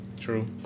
True